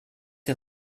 est